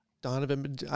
Donovan